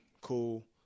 cool